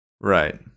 Right